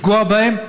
לפגוע בהם,